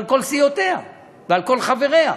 על כל סיעותיה ועל כל חבריה,